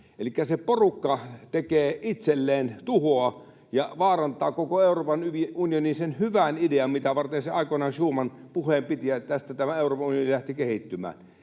Elikkä se porukka tekee itselleen tuhoa ja vaarantaa koko Euroopan unionin, sen hyvän idean, mitä varten aikoinaan Schuman puheen piti, josta tämä Euroopan unioni lähti kehittymään.